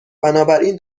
بنابراین